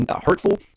hurtful